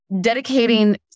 dedicating